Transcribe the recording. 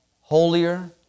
holier